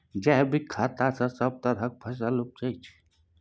जैबिक खेती सँ सब तरहक फसल उपजै छै